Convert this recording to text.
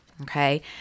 okay